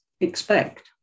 expect